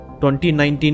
2019